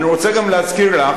אני רוצה להזכיר לך